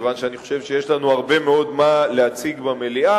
כיוון שאני חושב שיש לנו הרבה מאוד מה להציג במליאה,